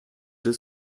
deux